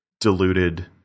diluted